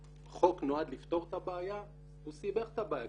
שהחוק נועד לפתור את הבעיה, הוא סיבך את הבעיה.